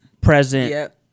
Present